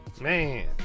Man